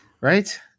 right